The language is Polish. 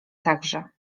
także